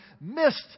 missed